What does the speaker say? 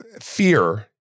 fear